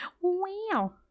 Wow